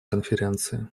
конференции